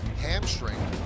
hamstring